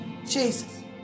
Jesus